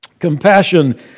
compassion